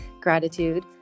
gratitude